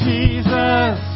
Jesus